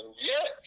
yes